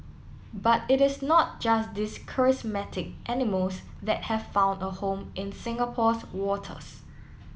but it is not just these charismatic animals that have found a home in Singapore's waters